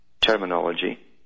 terminology